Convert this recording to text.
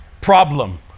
problem